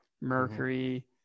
Mercury